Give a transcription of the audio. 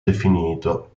definito